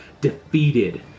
defeated